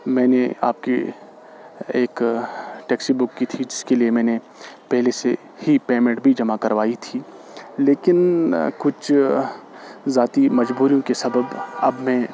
میں نے آپ کی ایک ٹیکسی بک کی تھی جس کے لیے میں نے پہلے سے ہی پیمینٹ بھی جمع کروائی تھی لیکن کچھ ذاتی مجبوریوں کے سبب اب میں